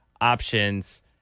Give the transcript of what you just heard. options